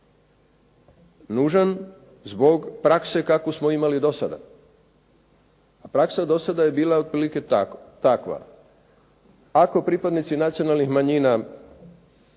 nužan zbog prakse kakvu smo imali do sada. A praksa do sada je bila otprilike takva ako pripadnici nacionalnih manjina